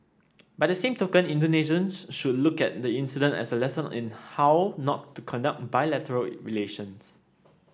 by the same token Indonesians should look at the incident as a lesson in how not to conduct bilateral relations